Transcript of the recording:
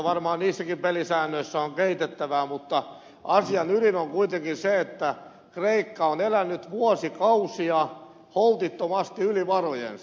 varmaan niissäkin pelisäännöissä on kehitettävää mutta asian ydin on kuitenkin se että kreikka on elänyt vuosikausia holtittomasti yli varojensa